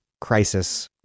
crisis